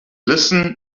listen